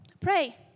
pray